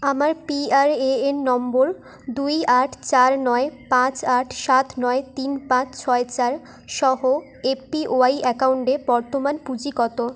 আমার P R A N নম্বর দুই আট চার নয় পাঁচ আট সাত নয় তিন পাঁচ ছয় চারসহ এ পি ওয়াই অ্যাকাউন্টে বর্তমান পুঁজি কতো